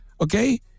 okay